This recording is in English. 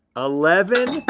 eleven,